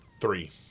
Three